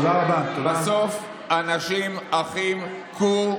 לא שרת בזמן ההתנתקות.